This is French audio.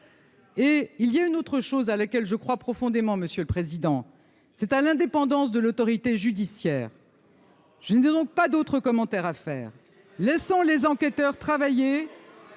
Et il y a une autre chose à laquelle je crois profondément, monsieur le président, c'est à l'indépendance de l'autorité judiciaire. Je ne dis donc pas d'autre commentaire à faire, laissons les enquêteurs travailler,